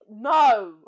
No